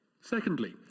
Secondly